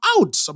out